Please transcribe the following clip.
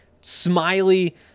smiley